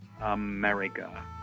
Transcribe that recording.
America